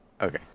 Okay